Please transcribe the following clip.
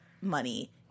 money